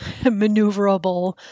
maneuverable